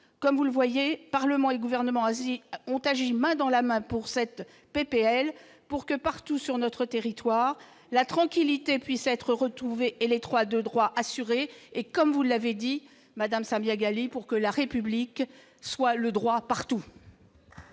Comme vous le voyez, Parlement et Gouvernement ont agi main dans la main pour cette proposition de loi, afin que, partout sur notre territoire, la tranquillité puisse être retrouvée, que l'État de droit soit respecté, et, comme vous l'avez dit, madame Samia Ghali, que la République soit le droit partout.